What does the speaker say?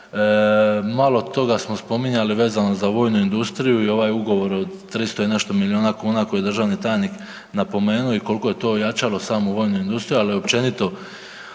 Malo toga smo spominjali vezano uz vojnu industriju i ovaj ugovor od 300 i nešto milijuna kuna koji je državni tajnik napomenuo i kol'ko je to ojačalo samu vojnu industriju, ali općenito